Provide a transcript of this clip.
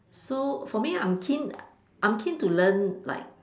so for me I'm keen I'm keen to learn like